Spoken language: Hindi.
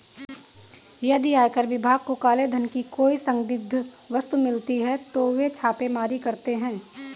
यदि आयकर विभाग को काले धन की कोई संदिग्ध वस्तु मिलती है तो वे छापेमारी करते हैं